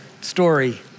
story